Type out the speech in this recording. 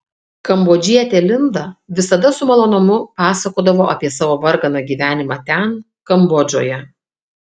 kambodžietė linda visada su malonumu pasakodavo apie savo varganą gyvenimą ten kambodžoje